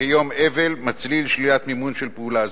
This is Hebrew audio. כיום אבל מצדיק שלילת מימון של פעולה זו.